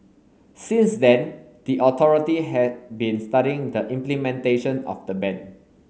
since then the authority had been studying the implementation of the ban